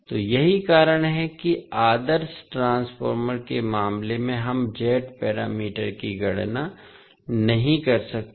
तो यही कारण है कि आदर्श ट्रांसफार्मर के मामले में हम Z पैरामीटर की गणना नहीं कर सकते हैं